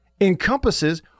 encompasses